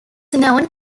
known